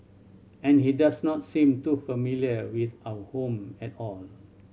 and he does not seem too familiar with our home at all